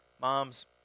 moms